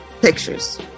pictures